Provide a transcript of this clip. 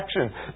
action